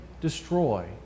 destroy